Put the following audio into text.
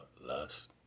lust